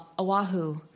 Oahu